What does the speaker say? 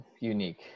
unique